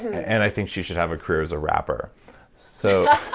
and i think she should have a career as a rapper so